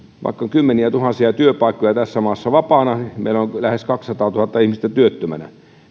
kymmeniätuhansia työpaikkoja tässä maassa vapaana meillä on lähes kaksisataatuhatta ihmistä työttömänä